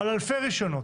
על אלפי רישיונות.